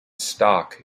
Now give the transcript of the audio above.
stock